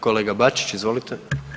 Kolega Bačić, izvolite.